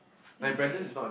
okay